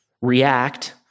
react